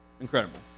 Incredible